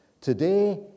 Today